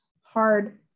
hard